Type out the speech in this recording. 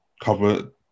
cover